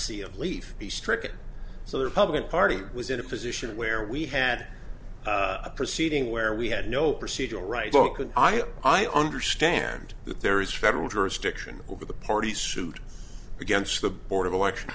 a leaf be stricken so the republican party was in a position where we had a proceeding where we had no procedural right i understand that there is federal jurisdiction over the party suit against the board of election